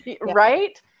right